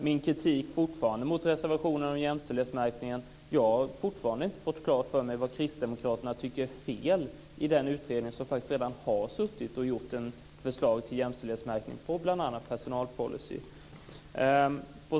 Min kritik mot reservationen om jämställdhetsmärkningen är att jag fortfarande inte har fått klart för mig vad kristdemokraterna tycker är fel i den utredning som faktiskt redan har suttit och gjort ett förslag till jämställdhetsmärkning på bl.a. personalpolicy.